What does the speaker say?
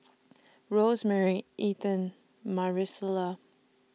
Rosemary Ethen Marisela